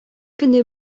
көне